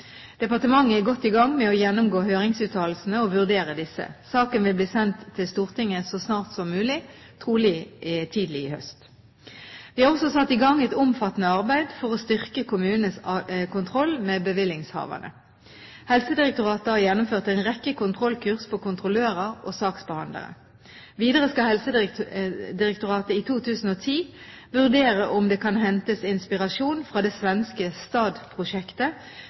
Departementet er godt i gang med å gjennomgå høringsuttalelsene og vurdere disse. Saken vil bli sendt til Stortinget så snart som mulig, trolig tidlig i høst. Vi har også satt i gang et omfattende arbeid for å styrke kommunenes kontroll med bevillingshaverne. Helsedirektoratet har gjennomført en rekke kontrollkurs for kontrollører og saksbehandlere. Videre skal Helsedirektoratet i 2010 vurdere om det kan hentes inspirasjon fra det svenske